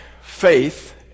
faith